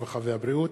הרווחה והבריאות,